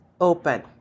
open